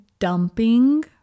Dumping